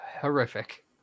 horrific